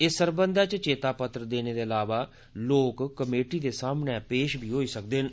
इस सरबंधै च चेतापत्र देने दे अलावा लोक कमेटी दे सामने बी पेश होई सकदे न